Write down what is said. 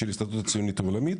של ההסתדרות הציונות העולמית.